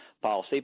Policy